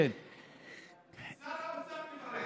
שר האוצר מפרט.